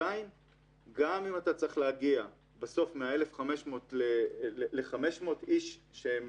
אם אתה צריך להגיע מ-1,500 ל-500 איש שהם